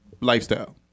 lifestyle